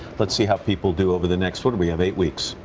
let's see how people do over the next sort of but um eight weeks.